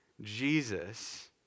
Jesus